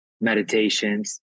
meditations